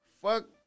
Fuck